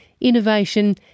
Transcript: innovation